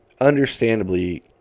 understandably